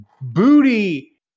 booty